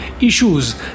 issues